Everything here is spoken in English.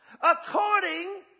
According